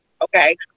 Okay